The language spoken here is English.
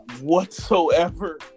whatsoever